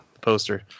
poster